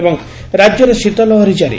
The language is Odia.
ଏବଂ ରାକ୍ୟରେ ଶୀତ ଲହରୀ କାରି